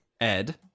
ed